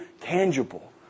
tangible